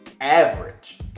average